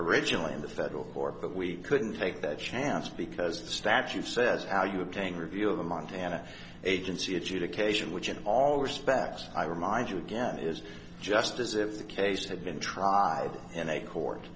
original in the federal court but we couldn't take that chance because the statute says how you obtain review of the montana agency adjudication which in all respects i remind you again is just as if the case had been tried in a court